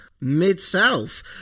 Mid-South